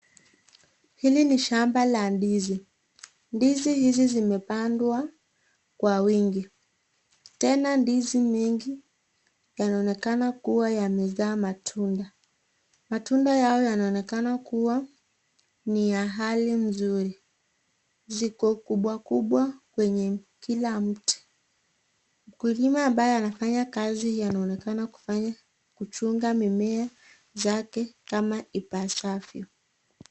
Hili ni shamba la ndizi, ndizi hizi zimepandwa kwa wingi. Tena ndizi mingi yanaonekana kuwa yamezaa matunda. Matunda haya yanonekana kuwa ni hali mzuri. Ziko kubwa kubwa kwenye kila mti. Mkulima ambaye anafanya kazi hii anaonekana kufanya kuchunga mimea zake kama ipasavyo.